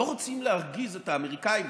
לא רוצים להרגיז את האמריקנים,